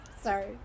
Sorry